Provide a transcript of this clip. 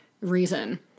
reason